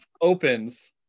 opens